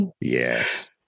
Yes